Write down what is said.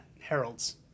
Herald's